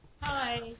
Hi